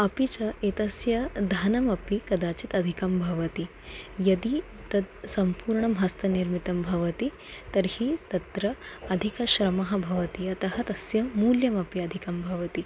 अपि च एतस्य धनमपि कदाचित् अधिकं भवति यदि तत् सम्पूर्णं हस्तनिर्मितं भवति तर्हि तत्र अधिकश्रमः भवति अतः तस्य मूल्यमपि अधिकं भवति